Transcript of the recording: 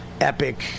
epic